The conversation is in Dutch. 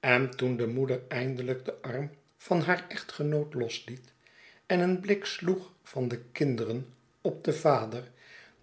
en toen de moeder eindelijk den arm van haar echtgenoot los liet en een blik sloeg van de kinderen op den vader